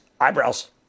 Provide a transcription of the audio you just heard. eyebrows